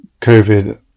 COVID